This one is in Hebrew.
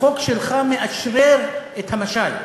הצחוק שלך מאשרר את המשל.